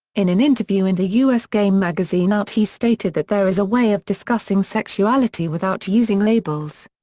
in an interview in the us gay magazine out he stated that there is a way of discussing sexuality without using labels.